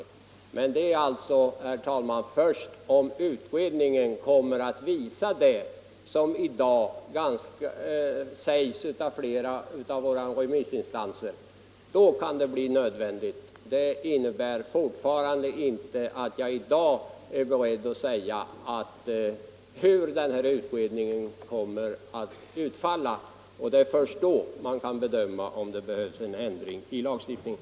Men detta gäller alltså, herr talman, endast om utredningen kommer att bekräfta de uttalanden som nu gjorts av flera remissinstanser. Jag är alltså fortfarande inte beredd att uttala mig om hur denna utredning kommer att utfalla. Det är först sedan dess resultat föreligger som man kan bedöma om det behövs en ändring i lagstiftningen.